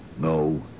no